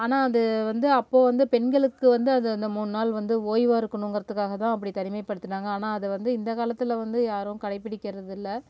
ஆனால் அது வந்து அப்போது வந்து பெண்களுக்கு வந்து அது அந்த மூணு நாள் வந்து ஓய்வாக இருக்கணுங்கிறதுக்காக தான் அப்படி தனிமைப்படுத்துனாங்க ஆனால் அதை வந்து இந்தக்காலத்தில் வந்து யாரும் கடைபிடிக்கிறது இல்லை